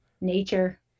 nature